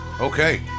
Okay